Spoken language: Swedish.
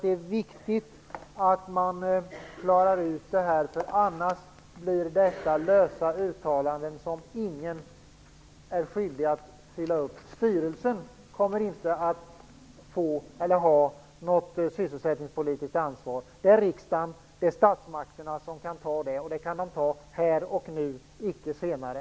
Det är viktigt att man reder ut detta. Annars blir detta lösa uttalanden som ingen är skyldigt att leva upp till. Styrelsen kommer inte att ha något sysselsättningspolitiskt ansvar. Det är riksdagen, statsmakterna, som kan ta det ansvaret, och det kan de ta här och nu - inte senare.